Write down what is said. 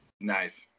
Nice